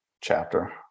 chapter